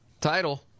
Title